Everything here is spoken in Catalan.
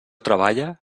treballa